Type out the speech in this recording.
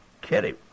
Kitty